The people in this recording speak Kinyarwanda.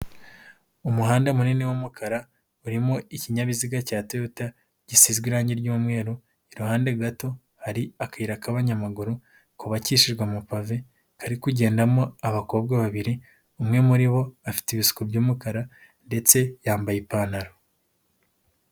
Umuhanda munini w'umukara urimo ikinyabiziga cya Toyota gisizwe irange ry'umweru, iruhande gato hari akayira k'abanyamaguru kubakishijwe amapave hari kugendamo abakobwa babiri umwe muri bo afite ibisuko by'umukara ndetse yambaye ipantaro.